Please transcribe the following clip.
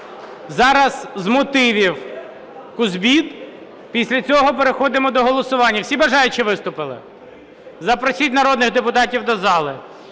зараз з мотивів – Кузбіт, після цього переходимо до голосування. Всі бажаючі виступили? Запросіть народних депутатів до зали.